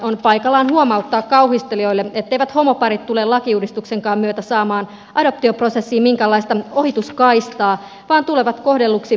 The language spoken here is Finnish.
on paikallaan huomauttaa kauhistelijoille etteivät homoparit tule lakiuudistuksenkaan myötä saamaan adoptioprosessiin minkäänlaista ohituskaistaa vaan tulevat kohdelluksi heterovanhempien tavoin